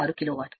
746 kilo watt